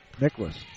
Nicholas